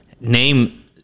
name